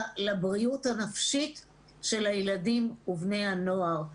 לבריאות הנפשית של הילדים ובני הנוער.